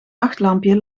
nachtlampje